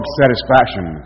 satisfaction